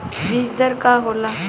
बीज दर का होला?